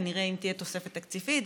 ונראה אם תהיה תוספת תקציבית,